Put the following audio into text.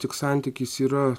tik santykis yra